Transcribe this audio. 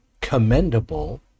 commendable